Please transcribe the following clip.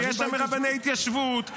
-- ויש שם רבני התיישבות.